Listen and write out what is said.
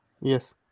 Yes